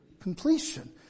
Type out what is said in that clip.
completion